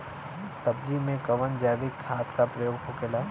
सब्जी में कवन जैविक खाद का प्रयोग होखेला?